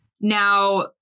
Now